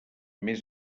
més